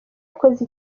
yakoze